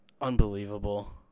unbelievable